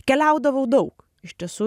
keliaudavau daug iš tiesų